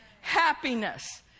Happiness